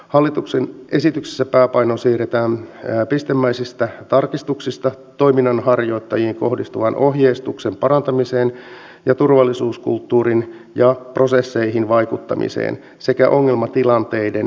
hallituksen esityksessä pääpaino siirretään pistemäisistä tarkistuksista toiminnanharjoittajiin kohdistuvan ohjeistuksen parantamiseen ja turvallisuuskulttuuriin ja prosesseihin vaikuttamiseen sekä ongelmatilanteiden ennaltaehkäisyyn